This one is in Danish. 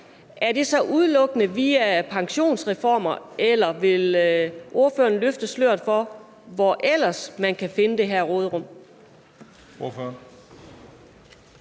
om det så udelukkende skal ske via pensionsreformer, eller vil ordføreren løfte sløret for, hvor man ellers kan finde det her råderum?